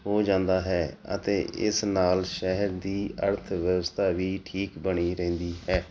ਹੋ ਜਾਂਦਾ ਹੈ ਅਤੇ ਇਸ ਨਾਲ ਸ਼ਹਿਰ ਦੀ ਅਰਥ ਵਿਵਸਥਾ ਵੀ ਠੀਕ ਬਣੀ ਰਹਿੰਦੀ ਹੈ